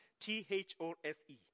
T-H-O-S-E